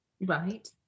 Right